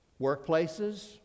Workplaces